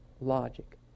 logic